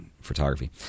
photography